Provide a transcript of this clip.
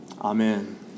Amen